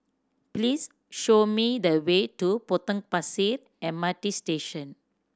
please show me the way to Potong Pasir M R T Station